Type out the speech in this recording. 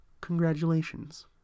congratulations